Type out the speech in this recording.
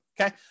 okay